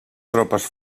tropes